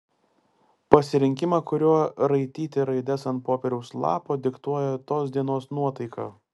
pasirinkimą kuriuo raityti raides ant popieriaus lapo diktuoja tos dienos nuotaika